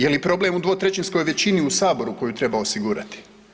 Je li problem u dvotrećinskoj većini u saboru koju treba osigurati?